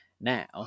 now